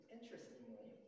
Interestingly